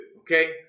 Okay